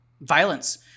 violence